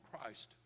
Christ